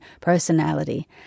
personality